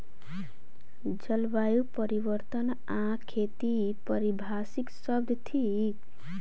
जलवायु परिवर्तन आ खेती पारिभाषिक शब्द थिक